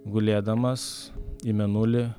gulėdamas į mėnulį